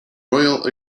royal